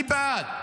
אני בעד,